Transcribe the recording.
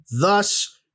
Thus